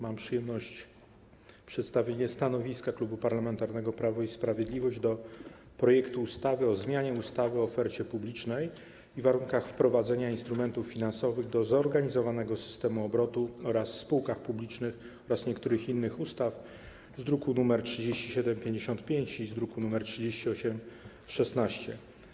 Mam przyjemność przedstawienia stanowiska Klubu Parlamentarnego Prawo i Sprawiedliwość wobec projektu ustawy o zmianie ustawy o ofercie publicznej i warunkach wprowadzania instrumentów finansowych do zorganizowanego systemu obrotu oraz o spółkach publicznych oraz niektórych innych ustaw z druku nr 3755 i z druku nr 3816.